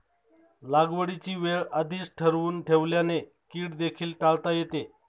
लागवडीची वेळ आधीच ठरवून ठेवल्याने कीड देखील टाळता येते